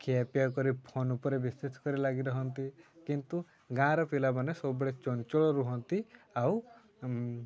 ଖିଆପିଆ କରି ଫୋନ୍ ଉପରେ ବିଶେଷ କରି ଲାଗି ରହନ୍ତି କିନ୍ତୁ ଗାଁର ପିଲାମାନେ ସବୁବେଳେ ଚଞ୍ଚଳ ରୁହନ୍ତି ଆଉ